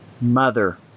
Mother